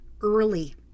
early